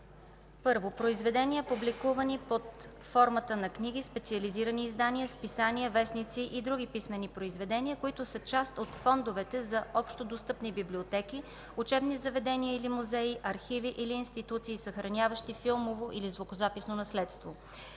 към: 1. произведения, публикувани под формата на книги, специализирани издания, списания, вестници и други писмени произведения, които са част от фондовете на общодостъпни библиотеки, учебни заведения или музеи, архиви или институции, съхраняващи филмово или звукозаписно наследство;